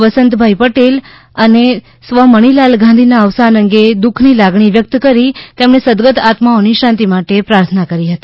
વસંતભાઇ પટેલ અને મણીલાલ ગાંધીના અવસાન અંગે દુઃખની લાગણી વ્યક્ત કરી તેમણે સદગત આત્માઓની શાંતિ માટે પ્રાર્થના કરી હતી